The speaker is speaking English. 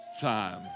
time